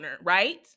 right